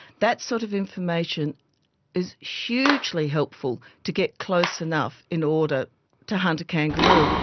that sort of information is hugely helpful to get close enough in order to hunt a kangaroo.